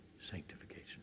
sanctification